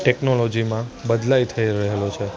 ટેક્નોલોજીમાં બદલાવ થઈ રહેલો છે